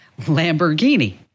Lamborghini